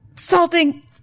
Salting